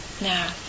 now